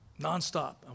nonstop